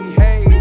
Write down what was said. hey